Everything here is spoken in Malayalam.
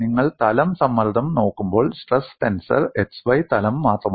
നിങ്ങൾ തലം സമ്മർദ്ദം നോക്കുമ്പോൾ സ്ട്രെസ് ടെൻസർ xy തലം മാത്രമാണ്